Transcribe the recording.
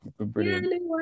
brilliant